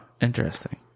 Interesting